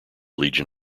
legion